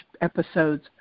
episodes